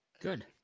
Good